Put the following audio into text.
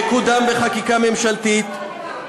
יקודם בחקיקה ממשלתית, לא, זה לא נכון.